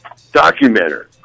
documenter